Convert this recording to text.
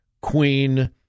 queen